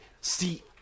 See